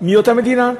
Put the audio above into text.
מאותה מדינה,